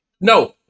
No